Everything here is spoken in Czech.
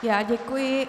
Já děkuji.